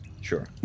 Sure